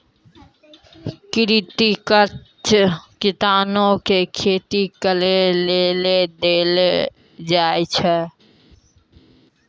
कृषि कर्ज किसानो के खेती करे लेली देलो जाय छै